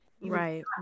Right